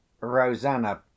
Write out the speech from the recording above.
Rosanna